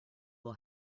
will